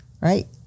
right